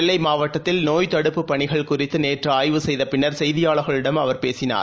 நெல்லைமாவட்டத்தில் நோய்த் தடுப்புப் பணிகள் குறித்துநேற்றுஆய்வு செய்தபின்னர் செய்தியாளர்களிடம் அவர் பேசினார்